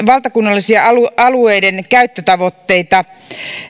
valtakunnallisia alueidenkäyttötavoitteita